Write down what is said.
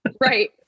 Right